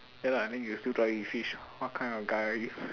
ya lah I mean you still trying with fish what kind of guy are you